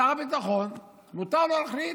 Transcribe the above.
שר הביטחון, מותר לו להחליט.